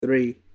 Three